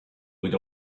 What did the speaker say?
would